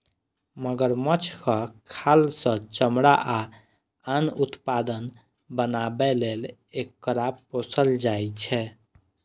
मगरमच्छक खाल सं चमड़ा आ आन उत्पाद बनाबै लेल एकरा पोसल जाइ छै